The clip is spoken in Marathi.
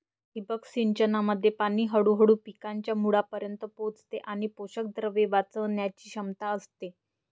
ठिबक सिंचनामध्ये पाणी हळूहळू पिकांच्या मुळांपर्यंत पोहोचते आणि पोषकद्रव्ये वाचवण्याची क्षमता असते